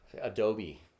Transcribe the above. Adobe